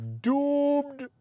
doomed